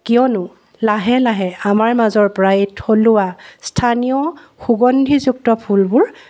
কিয়নো লাহে লাহে আমাৰ মাজৰ পৰা এই থলুৱা স্থানীয় সুগন্ধিযুক্ত ফুলবোৰ